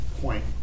point